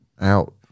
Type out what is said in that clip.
out